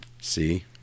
See